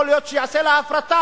יכול להיות שתיעשה לה הפרטה,